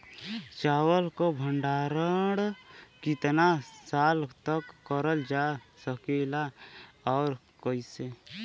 चावल क भण्डारण कितना साल तक करल जा सकेला और कइसे?